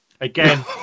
Again